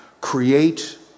create